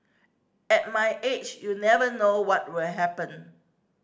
at my age you never know what will happen